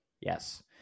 yes